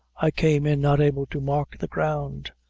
i came in not able to mark the ground,